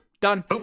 Done